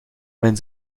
mijn